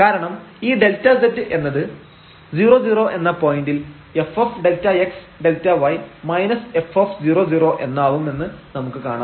കാരണം ഈ Δz എന്നത് 00 എന്ന പോയന്റിൽ fΔx Δy f0 0 എന്നാവും എന്ന് നമുക്ക് കാണാം